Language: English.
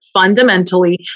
fundamentally